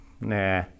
nah